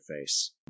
face